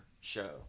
show